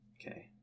Okay